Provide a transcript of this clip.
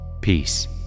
peace